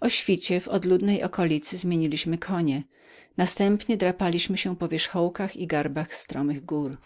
o świcie przybyliśmy na puste miejsce i przemienieliśmy konie następnie drapaliśmy się po wierzchołkach i garbach stromych gór